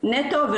אבל